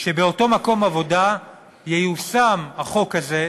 שבאותו מקום עבודה ייושם החוק הזה,